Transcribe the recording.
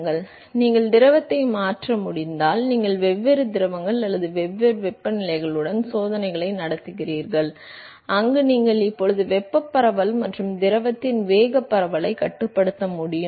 எனவே நீங்கள் திரவத்தை மாற்ற முடிந்தால் நீங்கள் வெவ்வேறு திரவங்கள் அல்லது வெவ்வேறு வெப்பநிலைகளுடன் சோதனைகளை நடத்துகிறீர்கள் அங்கு நீங்கள் இப்போது வெப்பப் பரவல் மற்றும் திரவத்தின் வேகப் பரவலைக் கட்டுப்படுத்த முடியும்